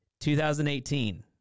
2018